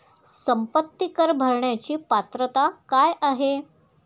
संपत्ती कर भरण्याची पात्रता काय आहे?